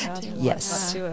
Yes